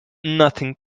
nothing